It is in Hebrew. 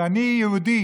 שאני, יהודי